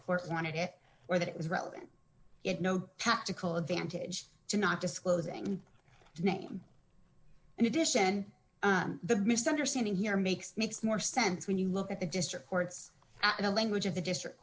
courts wanted it or that it was relevant it no tactical advantage to not disclosing the name and addition the misunderstanding here makes makes more sense when you look at the district courts at the language of the district